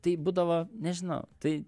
tai būdavo nežinau tai